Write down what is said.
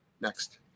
next